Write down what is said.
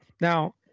Now